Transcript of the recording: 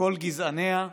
כל גזעניה,